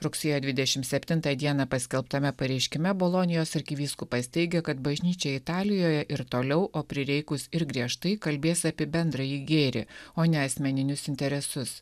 rugsėjo dvidešimt septintą dieną paskelbtame pareiškime bolonijos arkivyskupas teigia kad bažnyčia italijoje ir toliau o prireikus ir griežtai kalbės apie bendrąjį gėrį o ne asmeninius interesus